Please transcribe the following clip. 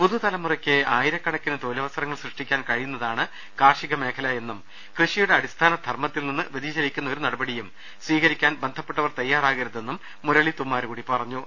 പുതുതലമുറയ്ക്ക് ആയിരക്കണക്കിന് തൊഴിലവസ രങ്ങൾ സൃഷ്ടിക്കാൻ കഴിയുന്നതാണ് കാർഷികമേഖല എന്നും കൃഷി യുടെ അടിസ്ഥാന ധർമത്തിൽനിന്ന് വൃതിചലിക്കുന്ന ഒരു നടപടിയും സ്വീകരിക്കാൻ ബന്ധപ്പെട്ടവർ തയ്യാറാകരുതെന്നും മുരളി തുമ്മാരുകുടി പറഞ്ഞു